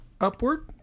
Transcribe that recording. Upward